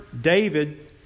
David